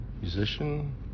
musician